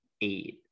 eight